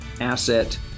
Asset